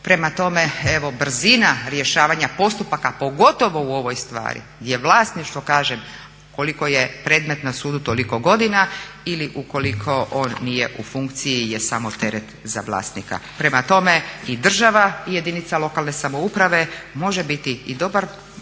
Prema tome, evo brzina rješavanja postupaka, pogotovo u ovoj stvari je vlasništvo kažem koliko je predmet na sudu toliko godina ili ukoliko on nije u funkciji je samo teret za vlasnika. Prema tome i država i jedinica lokalne samouprave može biti i dobar